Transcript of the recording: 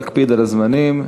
להקפיד על הזמנים,